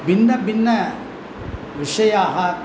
भिन्नभिन्नविषयाः